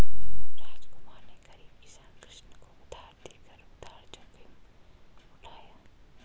रामकुमार ने गरीब किसान कृष्ण को उधार देकर उधार जोखिम उठाया